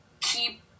keep